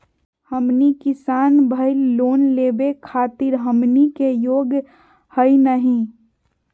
हमनी किसान भईल, लोन लेवे खातीर हमनी के योग्य हई नहीं?